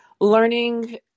learning